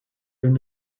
their